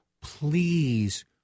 Please